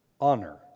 honor